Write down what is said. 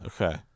Okay